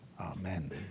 Amen